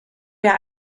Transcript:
wir